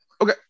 Okay